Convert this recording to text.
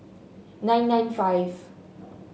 nine nine five